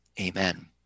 Amen